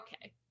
Okay